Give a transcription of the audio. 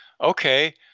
okay